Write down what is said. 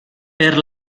per